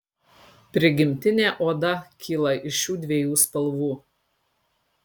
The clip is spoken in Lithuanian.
prigimtinė oda kyla iš šiu dviejų spalvų